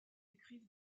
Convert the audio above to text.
écrivent